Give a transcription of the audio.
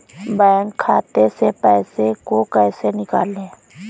Bank खाते से पैसे को कैसे निकालें?